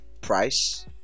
price